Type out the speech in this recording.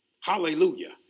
Hallelujah